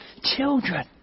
children